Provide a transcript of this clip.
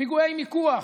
פיגועי מיקוח.